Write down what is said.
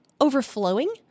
overflowing